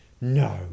No